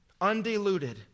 Undiluted